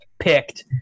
picked